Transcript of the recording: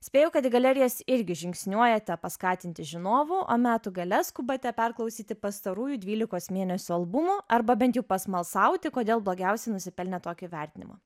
spėju kad į galerijas irgi žingsniuojate paskatinti žinovų o metų gale skubate perklausyti pastarųjų dvylikos mėnesių albumų arba bent jau pasmalsauti kodėl blogiausi nusipelnė tokio įvertinimo